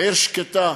עיר שקטה.